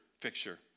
picture